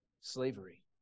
slavery